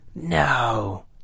No